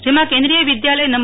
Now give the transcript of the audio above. જેમાં કેન્દીય વિદ્યાલય નં